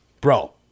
Bro